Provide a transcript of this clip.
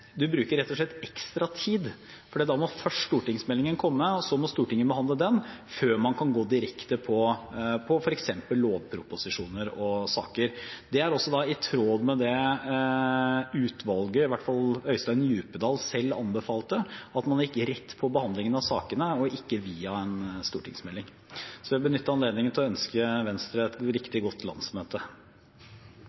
rett og slett ekstra tid, for da må først stortingsmeldingen komme og så må Stortinget behandle den før man kan gå direkte på f.eks. lovproposisjoner og saker. Det er også i tråd med det utvalget, i hvert fall med det Djupedal selv anbefalte, at man burde gå rett på behandlingen av sakene og ikke via en stortingsmelding. Så vil jeg benytte anledningen til å ønske Venstre et